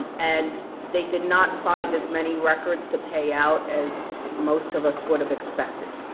and they did not find as many records to pay out as most of us would've expected.